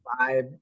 vibe